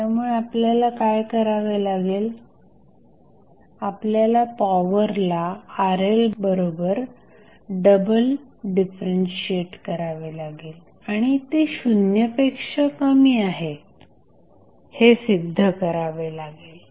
त्यामुळे आपल्याला काय करावे लागेल आपल्याला पॉवरला RLबरोबर डबल डिफरन्शिएट करावे लागेल आणि ते शून्यपेक्षा कमी आहे हे सिद्ध करावे लागेल